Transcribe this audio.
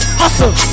hustle